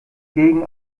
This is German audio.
gegen